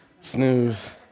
snooze